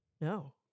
No